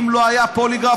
אם לא היה פוליגרף,